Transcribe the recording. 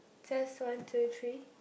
test one two three